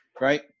right